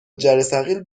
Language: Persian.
جرثقیل